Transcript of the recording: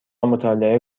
مطالعه